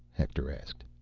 hector asked.